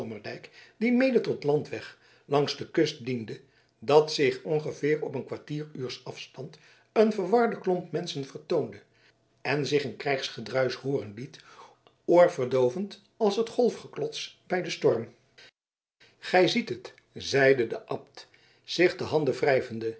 die mede tot landweg langs de kust diende dat zich ongeveer op een kwartieruurs afstand een verwarde klomp menschen vertoonde en zich een krijgsgedruisch hooren liet oorverdoovend als het golfgeklots bij den storm gij ziet het zeide de abt zich de handen